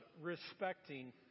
respecting